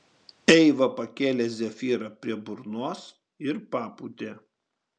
eiva pakėlė zefyrą prie burnos ir papūtė